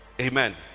amen